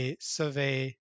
survey